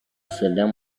sedang